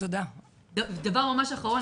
דבר אחרון,